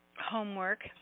homework